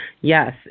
yes